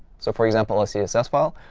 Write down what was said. so, for example, a css file,